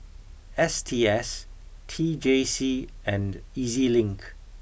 S T S T J C and E Z Link